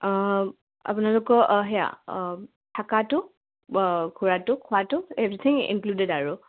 আপোনালোকৰ সেয়া থকাটো ঘূৰাটো খোৱাটো এভ্ৰিথিং ইনক্লুডেড আৰু